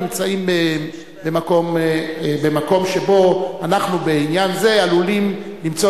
נמצאת במקום שבו אנחנו בעניין זה עלולים למצוא